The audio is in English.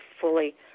fully